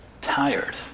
tired